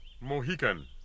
Mohican